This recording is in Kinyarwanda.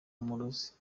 umurozi